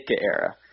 era